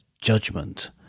judgment